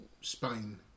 Spain